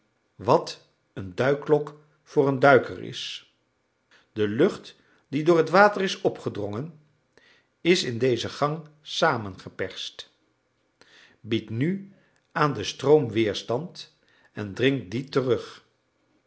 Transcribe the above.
wat een duikerklok voor een duiker is de lucht die door het water is opgedrongen is in deze gang samengeperst biedt nu aan den stroom weerstand en dringt dien terug